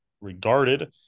regarded